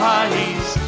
eyes